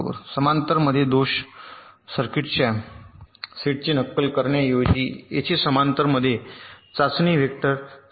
समांतर मध्ये सदोष सर्किट च्या सदोष सेटचे नक्कल करण्याऐवजी येथे समांतर मध्ये चाचणी वेक्टर संच